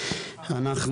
חברינו,